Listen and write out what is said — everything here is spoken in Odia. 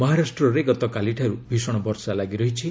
ମହାରାଷ୍ଟ୍ରରେ ଗତକାଲିଠାରୁ ଭୀଷଣ ବର୍ଷା ଲାଗିରହିଛି